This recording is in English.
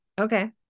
Okay